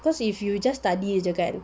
cause if you just study jer kan